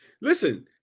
Listen